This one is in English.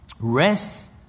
Rest